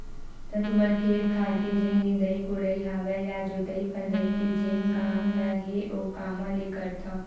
त तुमन खेत खार के जेन निंदई कोड़ई हवय या जोतई फंदई के जेन काम ल हे ओ कामा ले करथव?